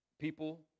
people